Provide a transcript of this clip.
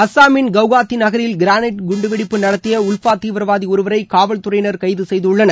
அசாமின் கவுகாத்தி நகரில் கிரைனைட் குண்டுவெடிப்பு நடத்திய உள்ஃபா தீவிரவாதி ஒருவரை காவல்துறையினர் கைது செய்துள்ளனர்